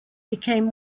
became